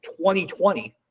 2020